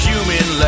Human